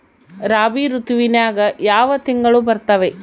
ರಾಬಿ ಋತುವಿನ್ಯಾಗ ಯಾವ ತಿಂಗಳು ಬರ್ತಾವೆ?